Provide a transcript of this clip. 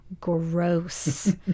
Gross